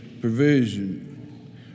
provision